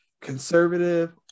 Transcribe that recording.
conservative